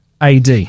AD